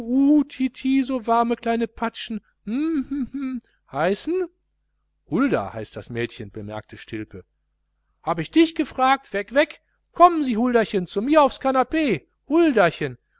so warme kleine patschen mm mm mm heißen hulda heißt das mädchen bemerkte stilpe hab ich dich gefragt weg weg kommen sie huldachen zu mir aufs kanapee